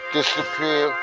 Disappear